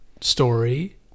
story